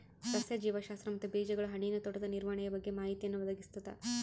ಸಸ್ಯ ಜೀವಶಾಸ್ತ್ರ ಮತ್ತು ಬೀಜಗಳು ಹಣ್ಣಿನ ತೋಟದ ನಿರ್ವಹಣೆಯ ಬಗ್ಗೆ ಮಾಹಿತಿಯನ್ನು ಒದಗಿಸ್ತದ